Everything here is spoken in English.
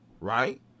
Right